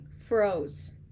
froze